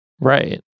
Right